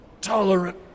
tolerant